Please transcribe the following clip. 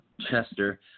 Chester